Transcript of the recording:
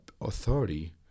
authority